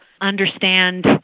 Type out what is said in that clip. understand